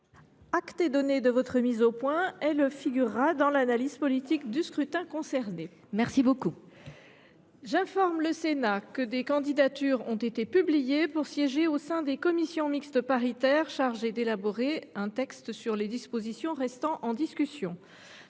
Acte est donné de cette mise au point, ma chère collègue. Elle figurera dans l’analyse politique du scrutin concerné. J’informe le Sénat que des candidatures ont été publiées pour siéger au sein des commissions mixtes paritaires chargées d’élaborer un texte sur les dispositions restant en discussion